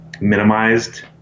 minimized